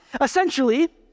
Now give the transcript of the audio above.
essentially